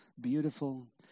beautiful